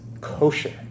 kosher